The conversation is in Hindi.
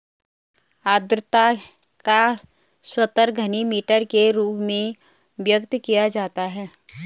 आद्रता का स्तर घनमीटर के रूप में व्यक्त किया जाता है